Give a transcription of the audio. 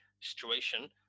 situation